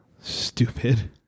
Stupid